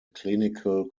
clinical